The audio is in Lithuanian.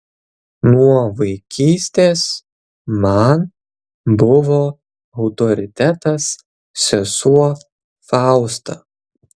nuo vaikystės man buvo autoritetas sesuo fausta